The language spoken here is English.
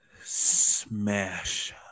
smash